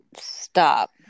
Stop